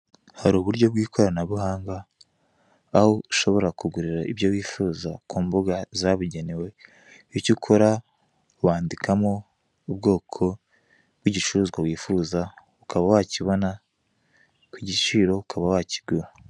Hari uburyo bw'ikoranabuhanga aho ushobora kugurira ibyo wifuza ku mbuga zabugenewe; icyo ukora wandikamo ubwoko bw'igicuruzwa wifuza, ukaba wakibona ku giciro, ukaba wakigura.